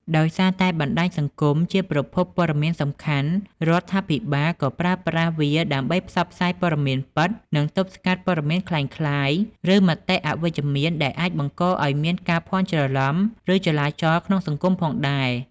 ដោយសារតែបណ្ដាញសង្គមជាប្រភពព័ត៌មានសំខាន់ រដ្ឋាភិបាលក៏ប្រើប្រាស់វាដើម្បីផ្សព្វផ្សាយព័ត៌មានពិត និងទប់ស្កាត់ព័ត៌មានក្លែងក្លាយ ឬមតិអវិជ្ជមានដែលអាចបង្កឱ្យមានការភាន់ច្រឡំ ឬចលាចលក្នុងសង្គមផងដែរ។